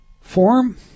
form